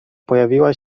pojawiła